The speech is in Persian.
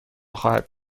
خواهد